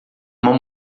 uma